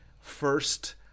first